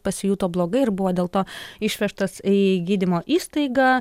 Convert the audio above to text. pasijuto blogai ir buvo dėl to išvežtas į gydymo įstaigą